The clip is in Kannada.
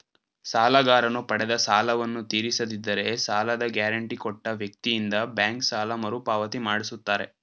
ಸಾಲಗಾರನು ಪಡೆದ ಸಾಲವನ್ನು ತೀರಿಸದಿದ್ದರೆ ಸಾಲದ ಗ್ಯಾರಂಟಿ ಕೊಟ್ಟ ವ್ಯಕ್ತಿಯಿಂದ ಬ್ಯಾಂಕ್ ಸಾಲ ಮರುಪಾವತಿ ಮಾಡಿಸುತ್ತಾರೆ